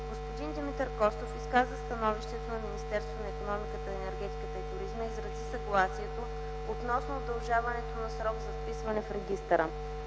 Господин Димитър Костов изказа становището на Министерство на икономиката, енергетиката и туризма и изрази съгласието относно удължаването на срок за вписване в регистъра.